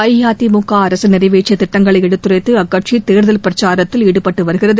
அஇஅதிமுக அரசு நிறைவேற்றிய திட்டங்களை எடுத்துரைத்து அக்கட்சி தேர்தல் பிரச்சாரத்தில் ஈடுபட்டு வருகிறது